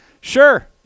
Sure